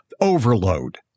overload